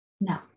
no